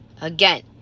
Again